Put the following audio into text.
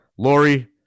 Lori